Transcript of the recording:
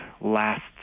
last